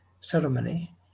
ceremony